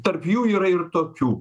tarp jų yra ir tokių